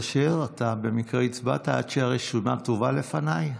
אתה במקרה הצבעת, עד שהרשימה תובא לפניי?